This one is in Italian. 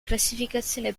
classificazione